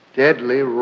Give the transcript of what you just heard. deadly